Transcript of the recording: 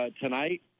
tonight